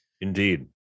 Indeed